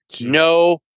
no